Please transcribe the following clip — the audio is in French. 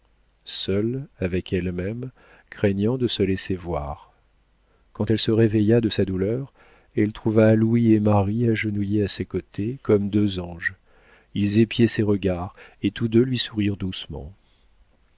seule avec elle-même craignant de se laisser voir quand elle se réveilla de sa douleur elle trouva louis et marie agenouillés à ses côtés comme deux anges ils épiaient ses regards et tous deux lui sourirent doucement